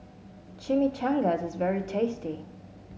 Chimichangas is very tasty